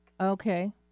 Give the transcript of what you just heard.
Okay